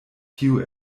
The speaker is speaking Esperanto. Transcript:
tio